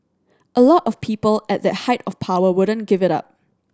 a lot of people at that height of power wouldn't give it up